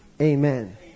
Amen